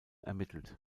ermittelt